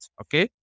okay